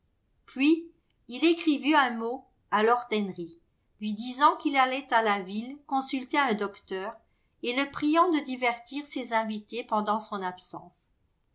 puis il écrivit un mot à lord henry lui disant qu'il allait à la ville consulter un docteur et le priant de divertir ses invités pendant son absence